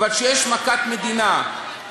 אבל כשיש מכת מדינה,